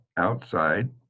Outside